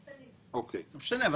לא משנה,